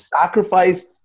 sacrifice